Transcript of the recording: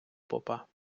попа